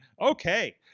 Okay